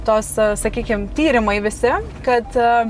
tos sakykim tyrimai visi kad